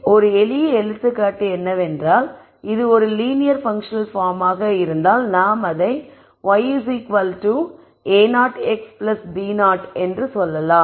எனவே ஒரு எளிய எடுத்துக்காட்டு என்னவென்றால் இது ஒரு லீனியர் பன்க்ஷனல் பார்மாக இருந்தால் நாம் அதை y a0x b0 என்று சொல்லலாம்